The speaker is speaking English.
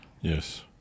Yes